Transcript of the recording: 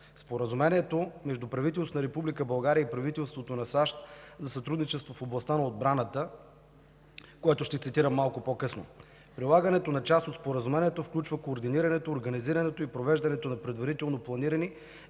Споразумението между правителството на Република България и правителството на САЩ за сътрудничество в областта на отбраната, което ще цитирам малко по-късно. Прилагането на част от Споразумението включва координирането, организирането и провеждането на предварително планирани